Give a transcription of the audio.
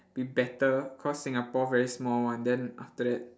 be better cause Singapore very small [one] then after that